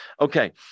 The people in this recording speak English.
Okay